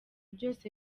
byose